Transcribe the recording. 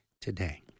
today